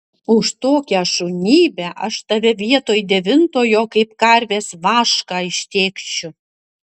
už tokią šunybę aš tave vietoj devintojo kaip karvės vašką ištėkšiu